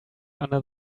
under